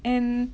and